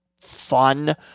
fun